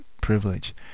privilege